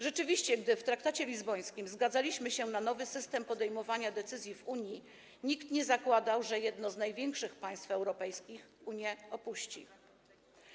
Rzeczywiście gdy w traktacie lizbońskim zgadzaliśmy się na nowy system podejmowania decyzji w Unii, nikt nie zakładał, że jedno z największych państw europejskich Unię opuści.